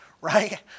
Right